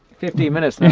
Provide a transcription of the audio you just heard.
fifteen minutes